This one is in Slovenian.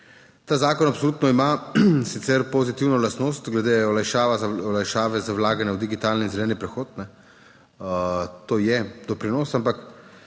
Ta zakon absolutno ima sicer pozitivno lastnost glede olajšave za vlaganje v digitalni zeleni prehod. To je doprinos, ampak